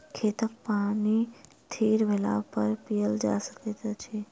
खेतक पानि थीर भेलापर पीयल जा सकैत अछि